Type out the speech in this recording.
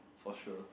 for sure